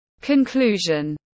Conclusion